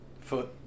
Foot